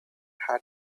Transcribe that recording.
had